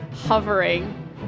hovering